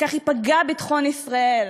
כך ייפגע ביטחון ישראל.